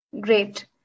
Great